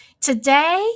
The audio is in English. Today